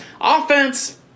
Offense